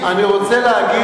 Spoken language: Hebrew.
אני רוצה לומר,